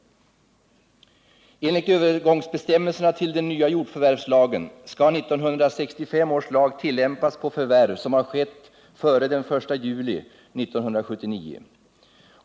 Enligt övergångsbestämmelserna till den nya jordförvärvslagen skall 1965 års lag tillämpas på förvärv som har skett före den 1 juli 1979.